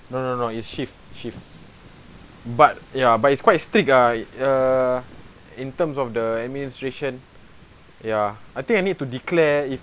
no no no it's shift shift but ya but it's quite strict ah uh in terms of the administration ya I think I need to declare it